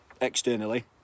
externally